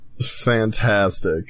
Fantastic